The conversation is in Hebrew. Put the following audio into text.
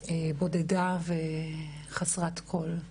בודדה וחסרת כל.